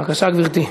בבקשה, גברתי.